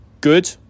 good